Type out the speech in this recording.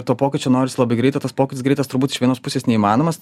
to pokyčio noris labai greit o tas pokytis greitas turbūt iš vienos pusės neįmanomas